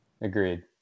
Agreed